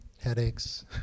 Headaches